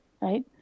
right